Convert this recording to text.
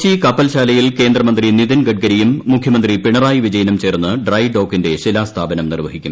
കൊച്ചി കപ്പൽശാലയിൽ കേന്ദ്രമന്ത്രി നിതിൻ ഗഡ്കരിയും മുഖ്യമന്ത്രി പിണറായി വിജയനും ചേർന്ന് ഡ്രൈഡോക്കിന്റെ ശിലാസ്ഥാപനം നിർവ്വഹിക്കും